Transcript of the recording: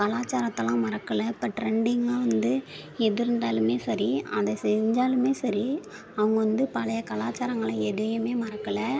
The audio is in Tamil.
கலாச்சாரத்தெலாம் மறக்கலை இப்போ ட்ரெண்டிங்கெலாம் வந்து எது இருந்தாலும் சரி அதை செஞ்சாலும் சரி அவங்க வந்து பழைய கலாச்சாரங்களை எதையும் மறக்கலை